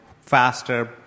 faster